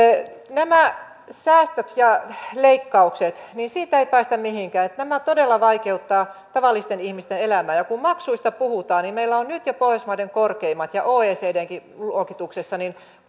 nämä säästöt ja leikkaukset siitä ei päästä mihinkään todella vaikeuttavat tavallisten ihmisten elämää ja kun maksuista puhutaan niin meillä on nyt jo pohjoismaiden korkeimmat ja oecdnkin luokituksessa